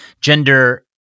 gender